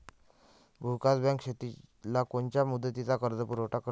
भूविकास बँक शेतीला कोनच्या मुदतीचा कर्जपुरवठा करते?